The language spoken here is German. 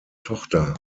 tochter